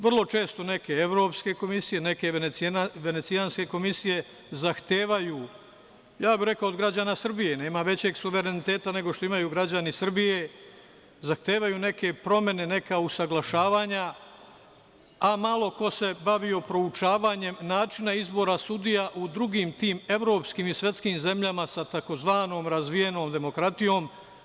Vrlo često neke evropske komisije, neke venecijanske komisije zahtevaju, ja bih rekao od građana Srbije, nema većeg suvereniteta nego što imaju građani Srbije, neke promene, neka usaglašavanja, a malo ko se bavio proučavanjem načina izbora sudija u drugim tim evropskim i svetskim zemljama sa tzv. razvijenom demokratijom.